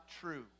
true